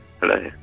Hello